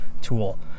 tool